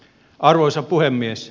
arvoisa puhemies